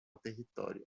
território